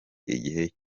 igihe